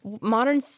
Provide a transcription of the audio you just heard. Modern